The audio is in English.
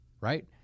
Right